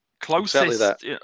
Closest